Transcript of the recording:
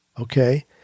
Okay